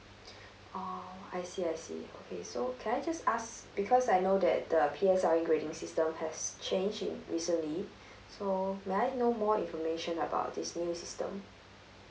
oh I see I see okay so can I just ask because I know that the P_S_L_E grading system has changed recently so may I know more information about this new system